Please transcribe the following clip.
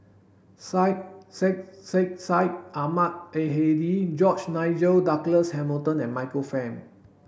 Syed Sheikh Sheikh Syed Ahmad Al Hadi George Nigel Douglas Hamilton and Michael Fam